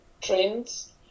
trends